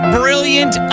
brilliant